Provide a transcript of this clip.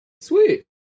Sweet